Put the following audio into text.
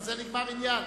בזה נגמר העניין.